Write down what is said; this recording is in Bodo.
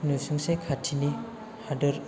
नसुंसे खाथिनि हादोर